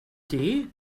det